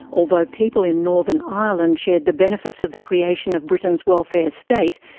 although people in northern ireland shared the benefits of the creation of britain's welfare state,